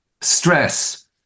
stress